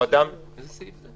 איזה סעיף זה?